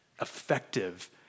effective